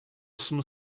osm